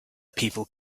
people